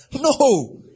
no